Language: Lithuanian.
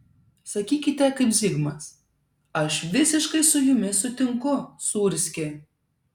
sakykite kaip zigmas aš visiškai su jumis sutinku sūrski